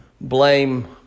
blame